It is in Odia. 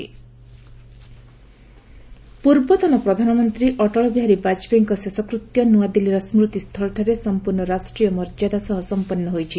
ଫ୍ରନେରାଲ ପ୍ରୋସେସନ ପୂର୍ବତନ ପ୍ରଧାନମନ୍ତ୍ରୀ ଅଟଳବିହାରୀ ବାଜପେୟୀଙ୍କ ଶେଷକୃତ୍ୟ ନୂଆଦିଲ୍ଲୀର ସ୍କୃତିସ୍ଥଳଠାରେ ସମ୍ପୂର୍ଣ୍ଣ ରାଷ୍ଟ୍ରୀୟ ମର୍ଯ୍ୟାଦା ସହ ସମ୍ପନ୍ଧ ହୋଇଛି